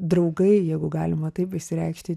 draugai jeigu galima taip išsireikšti